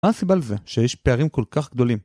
מה הסיבה לזה שיש פערים כל כך גדולים?